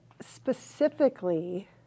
specifically